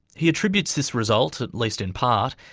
he attributes this result, at least in part,